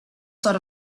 sort